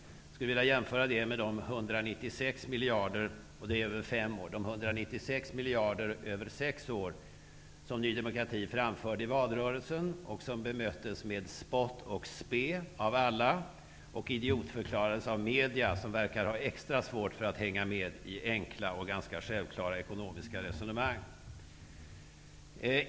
Jag skulle vilja jämföra det med de 196 miljarder kronor över sex år som Ny demokrati framförde i valrörelsen men som bemöttes med spott och spe av alla och idiotförklarades av medierna, som verkar ha extra svårt att hänga med i enkla och ganska självklara ekonomiska resonemang.